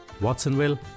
Watsonville